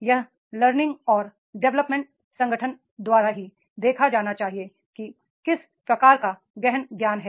यह लर्निंग व डेवलपमेन्ट संगठन द्वारा भी देखा जाना चाहिए कि किस प्रकार का गहन ज्ञान है